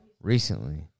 recently